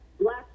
Black